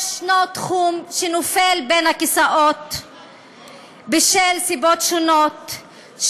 יש תחום שנופל בין הכיסאות מסיבות שונות,